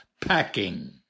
packing